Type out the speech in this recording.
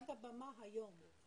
להשמיע את המצוקות --- את הבמה היום.